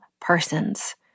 person's